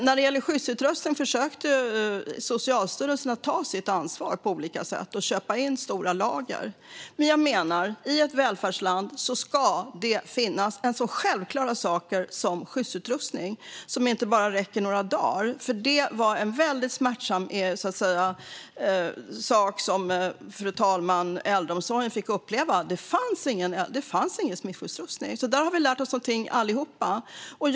När det gäller skyddsutrustning försökte Socialstyrelsen att på olika sätt ta sitt ansvar genom att köpa in stora lager. Men jag menar att i ett välfärdsland ska det finnas så självklara saker som skyddsutrustning som räcker mer än bara några dagar. Det var en smärtsam situation som äldreomsorgen fick uppleva, nämligen att det inte fanns någon smittskyddsutrustning. Där har vi alla lärt oss något.